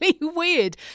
weird